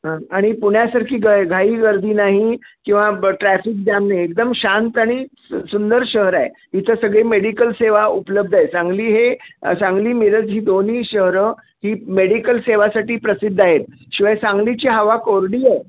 आणि पुण्यासारखी गा घाई गर्दी नाही किंवा ब ट्रॅफिक जाम नाही एकदम शांत आणि स सुंदर शहर आहे इथं सगळे मेडिकल सेवा उपलब्ध आहे सांगली हे सांगली मिरज ही दोन्ही शहरं ही मेडिकल सेवासाठी प्रसिद्ध आहेत शिवाय सांगलीची हवा कोरडी आहे